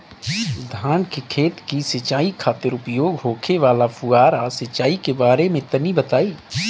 धान के खेत की सिंचाई खातिर उपयोग होखे वाला फुहारा सिंचाई के बारे में तनि बताई?